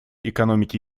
экономики